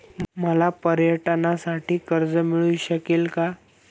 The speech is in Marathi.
मला पर्यटनासाठी कर्ज मिळू शकेल का?